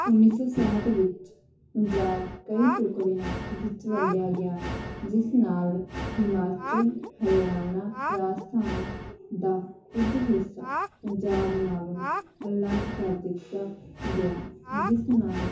ਉੱਨੀ ਸੌ ਛਿਆਹਟ ਵਿੱਚ ਪੰਜਾਬ ਕਈ ਟੁਕੜਿਆਂ ਵਿੱਚ ਵੰਡਿਆ ਗਿਆ ਜਿਸ ਨਾਲ ਹਿਮਾਚਲ ਹਰਿਆਣਾ ਰਾਜਸਥਾਨ ਦਾ ਕੁਝ ਹਿੱਸਾ ਪੰਜਾਬ ਨਾਲੋਂ ਅਲੱਗ ਕਰ ਦਿੱਤਾ ਗਿਆ ਜਿਸ ਨਾਲ